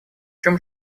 чем